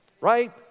Right